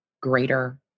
greater